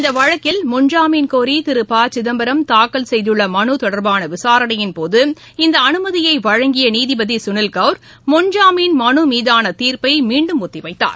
இந்த வழக்கில் முன்ஜாமீன் கோரி திரு ப சிதம்பரம் தாக்கல் செய்துள்ள மனு தொடர்பான விசாரணையின் போது இந்த அனுமதியை வழங்கிய நீதிபதி சுனில் கௌர் முன்ஜாமீன் மனு மீதான தீர்ப்பை மீண்டும் ஒத்திவைத்தார்